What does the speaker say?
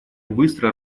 быстро